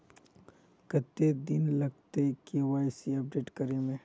कते दिन लगते के.वाई.सी अपडेट करे में?